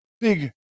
big